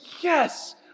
Yes